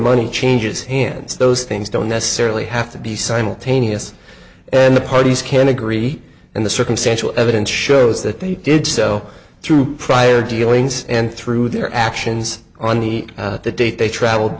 money changes hands those things don't necessarily have to be simultaneous and the parties can agree and the circumstantial evidence shows that they did so through prior dealings and through their actions on the date they traveled